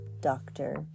Doctor